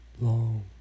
long